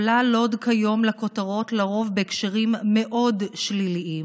לוד עולה כיום לכותרות לרוב בהקשרים מאוד שליליים,